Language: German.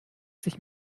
sich